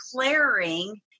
declaring